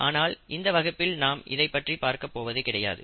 ஆனால் இந்த வகுப்பில் நாம் இதைப் பற்றி பார்க்கப் போவது கிடையாது